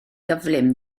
gyflym